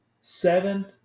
seven